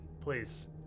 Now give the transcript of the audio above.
please